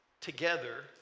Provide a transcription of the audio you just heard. together